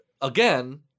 again